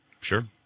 Sure